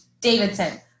Davidson